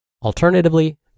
Alternatively